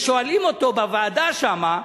וכששואלים אותו בוועדה שם: